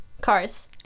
cars